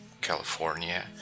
California